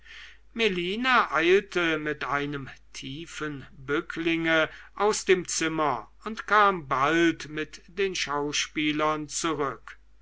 melina eilte mit einem tiefen bücklinge aus dem zimmer und kam bald mit den schauspielern zurück